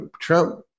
Trump